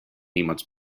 image